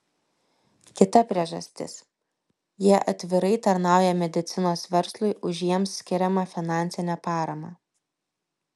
kita priežastis jie atvirai tarnauja medicinos verslui už jiems skiriamą finansinę paramą